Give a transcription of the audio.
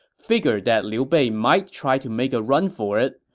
figured that liu bei might try to make a run for it.